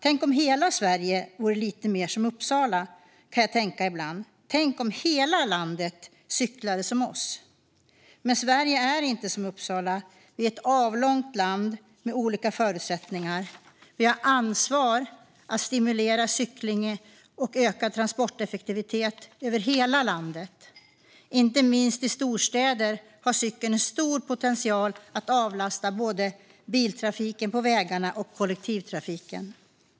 Tänk om hela Sverige vore lite mer som Uppsala, kan jag tänka ibland. Tänk om hela landet cyklade som vi. Men Sverige är inte som Uppsala. Vi är ett avlångt land med olika förutsättningar. Vi har ansvar för att stimulera cykling och ökad transporteffektivitet över hela landet. Inte minst i storstäder har cykeln en stor potential att avlasta både biltrafiken på vägarna och kollektivtrafiken.